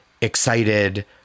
excited